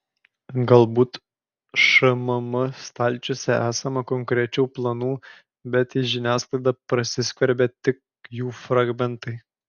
galbūt šmm stalčiuose esama konkrečių planų bet į žiniasklaidą prasiskverbia tik jų fragmentai